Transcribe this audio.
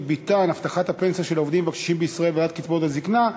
הבטחת הפנסיה של העובדים והקשישים בישראל והעלאת קצבאות הזיקנה,